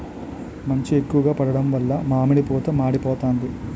మంచు ఎక్కువ పడడం వలన మామిడి పూత మాడిపోతాంది